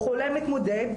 הוא חולה מתמודד.